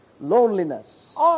Loneliness